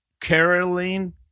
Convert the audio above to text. Caroline